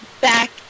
back